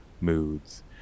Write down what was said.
moods